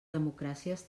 democràcies